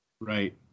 Right